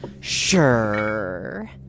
Sure